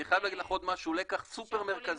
אני חייב להגיד לך לקח סופר מרכזי